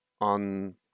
on